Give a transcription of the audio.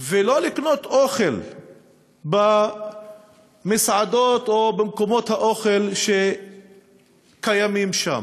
ולא לקנות אוכל במסעדות או במקומות האוכל שקיימים שם.